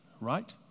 right